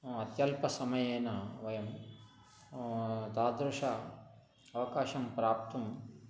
अत्यल्पसमयेन वयं तादृशम् अवकाशं प्राप्तुम्